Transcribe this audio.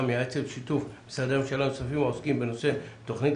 המייעצת בשיתוף משרדי הממשלה הנוספים העוסקים בנושא תכנית